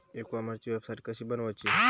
E कॉमर्सची website कशी बनवची?